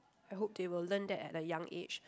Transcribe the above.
I hope they will learn that at a young age